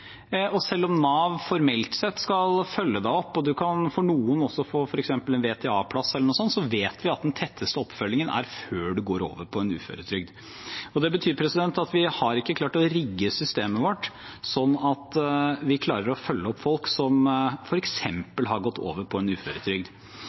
Selv om Nav formelt sett skal følge deg opp og noen f.eks. kan få en VTA-plass eller noe slikt, vet vi at den tetteste oppfølgingen skjer før man går over på uføretrygd. Det betyr at vi ikke har klart å rigge systemet vårt slik at vi klarer å følge opp folk som